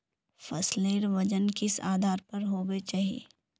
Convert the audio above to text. फसलेर वजन किस आधार पर होबे चही?